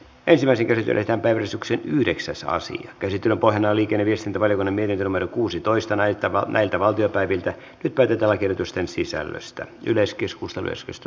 esillä siirtyneitä persuksiin yhdeksäs aasin käsityöpainoliikenneviestintäverkon eli numero kuusitoista näyttävä näiltä valtiopäiviltä mitoitetaan yritysten lakiehdotusten ensimmäinen käsittely päättyi